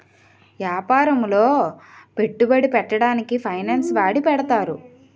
యాపారములో పెట్టుబడి పెట్టడానికి ఫైనాన్స్ వాడి పెడతారు